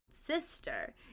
Sister